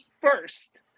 first